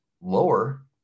lower